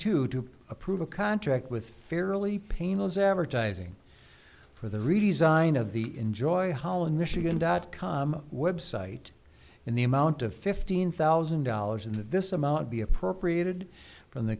two two approve a contract with fairly painless advertising for the redesign of the enjoy holland michigan dot com website in the amount of fifteen thousand dollars in this amount to be appropriated from the